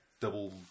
double